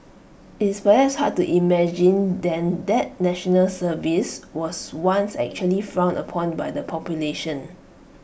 it's perhaps hard to imagine then that National Service was once actually frowned upon by the population